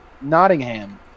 Nottingham